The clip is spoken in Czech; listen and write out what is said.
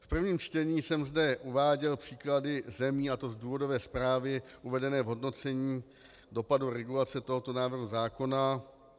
V prvním čtení jsem zde uváděl příklady, a to z důvodové zprávy uvedené v hodnocení dopadu regulace tohoto návrhu zákona.